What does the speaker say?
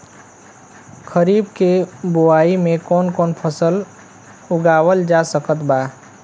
खरीब के बोआई मे कौन कौन फसल उगावाल जा सकत बा?